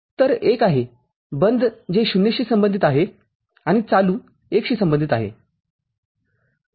तरएक आहे बंद जे ० शी संबंधित आहे आणि चालू १ शी संबंधित आहे